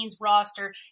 roster